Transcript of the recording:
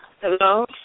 Hello